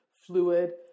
fluid